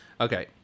okay